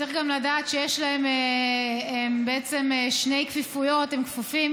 צריך גם לדעת שיש להם בעצם שתי כפיפויות: הם כפופים